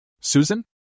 Susan